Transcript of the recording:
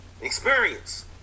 experience